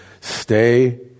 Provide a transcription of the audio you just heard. Stay